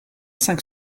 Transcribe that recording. cinq